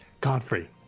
Godfrey